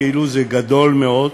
כאילו זה דבר גדול מאוד,